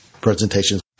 presentation